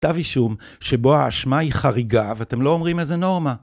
כתב אישום, שבו האשמה היא חריגה ואתם לא אומרים איזה נורמה.